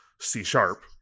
C-sharp